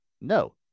no